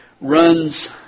runs